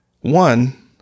one